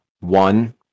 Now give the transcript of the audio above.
one